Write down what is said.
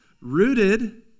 rooted